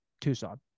Tucson